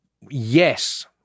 yes